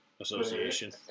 Association